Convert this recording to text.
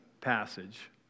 passage